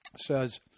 says